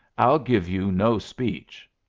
i'll give you no speech.